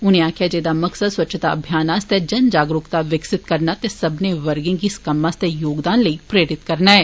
उनें आक्खेआ एह्दा मकसद स्वच्छता अभियान आस्तै जन जागरुक्ता विकसित करना ते सब्बनें वर्गे गी इस कम्म आस्तै योगदान देने लेई प्रेरित करना ऐ